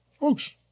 folks